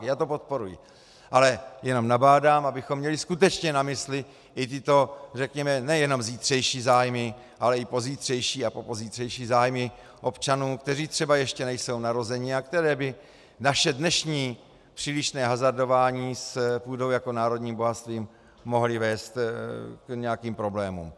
Já to podporuji, ale nabádám, abychom měli skutečně na mysli i tyto nejenom zítřejší zájmy, ale i pozítřejší a popozítřejší zájmy občanů, kteří třeba ještě nejsou narozeni a které by naše dnešní přílišné hazardování s půdou jako národním bohatstvím mohlo vést k nějakým problémům.